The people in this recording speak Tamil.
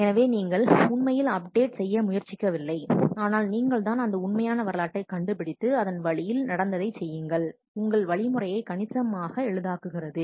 எனவே நீங்கள் உண்மையில் அப்டேட் செய்யமுயற்சிக்கவில்லை ஆனால் நீங்கள் தான் அந்த உண்மையானவரலாற்றைக் கண்டுபிடித்து அதன் வழியில் நடந்ததைச் செய்யுங்கள் உங்கள் வழிமுறையை கணிசமாக எளிதாக்குகிறது